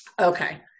Okay